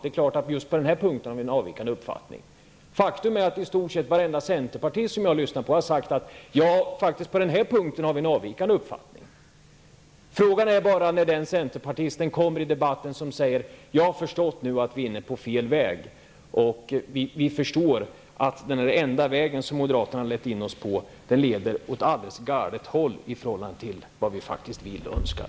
Det är klart att vi just på den här punkten har en avvikande uppfattning. Faktum är att i stort sett varenda centerpartist som jag lyssnat på har sagt: Ja, på den här punkten har vi faktiskt en avvikande uppfattning. Frågan är bara när vi skall få höra en centerpartist säga i debatten: Jag förstår nu att vi är inne på fel väg. Vi förstår att den enda vägen, den väg som moderaterna har lett in oss på, leder åt alldeles galet håll i förhållande till vad vi faktiskt vill och önskar.